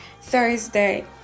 Thursday